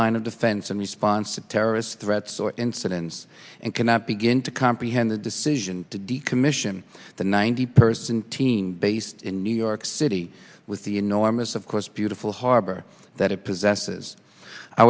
line of defense in response to terrorist threats or incidents and cannot begin to comprehend the decision to decommission the ninety person team based in new york city with the enormous of course beautiful harbor that it possesses